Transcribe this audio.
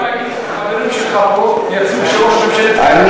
מה תגיד שהחברים שלך פה יצאו כשראש ממשלת קנדה,